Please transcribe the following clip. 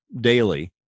daily